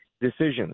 decisions